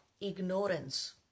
ignorance